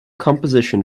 composition